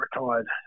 retired